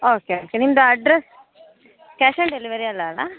okay okay ನಿಮ್ಮದು address cash on delivery ಅಲ್ಲ ಅಲ್ವಾ